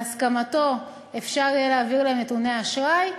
בהסכמתו אפשר יהיה להעביר את נתוני האשראי,